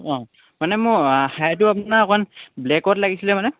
অঁ মানে মোৰ হাইটো অকণমান ব্লেকত লাগিছিলে মানে